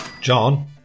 John